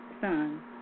son